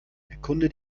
erkunde